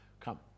come